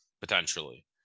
potentially